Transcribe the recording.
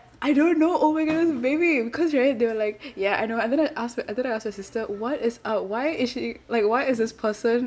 I don't know oh my goodness maybe because right they were like ya I know and then I ask and then I asked my sister what is up why is she like why is this person